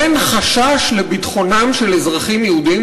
אין חשש לביטחונם של אזרחים יהודים,